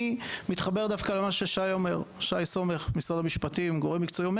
אני מתחבר דווקא למה ששי סומך ממשרד המשפטים אומר.